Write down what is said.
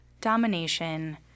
domination